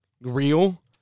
real